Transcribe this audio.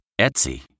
Etsy